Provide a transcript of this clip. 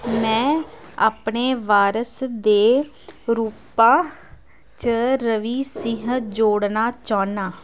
में अपने वारस दे रूपा च रवि सिंह जोड़ना चाह्न्नां